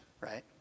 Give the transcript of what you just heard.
right